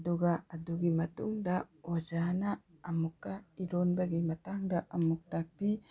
ꯑꯗꯨꯒ ꯑꯗꯨꯒꯤ ꯃꯇꯨꯡꯗ ꯑꯣꯖꯥꯅ ꯑꯃꯨꯛꯀ ꯏꯔꯣꯟꯕꯒꯤ ꯃꯇꯥꯡꯗ ꯑꯃꯨꯛ ꯇꯥꯛꯄꯤ